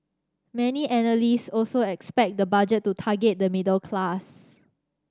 many analyst also expect the Budget to target the middle class